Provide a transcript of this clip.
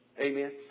Amen